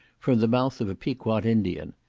from the mouth of a piquot indian.